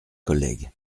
collègue